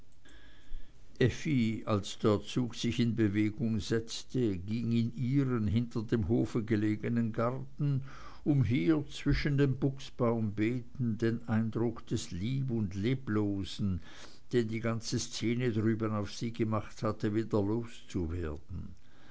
als der zug sich in bewegung setzte ging in ihren hinter dem hof gelegenen garten um hier zwischen den buchsbaumbeeten den eindruck des lieb und leblosen den die ganze szene drüben auf sie gemacht hatte wieder loszuwerden